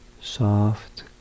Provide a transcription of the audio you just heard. soft